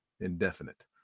indefinite